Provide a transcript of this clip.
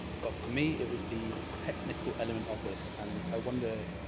but for me, it was the technical element of this. and i wonder,